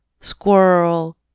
squirrel